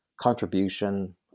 contribution